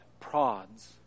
prods